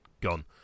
gone